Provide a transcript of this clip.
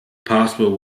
possible